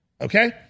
Okay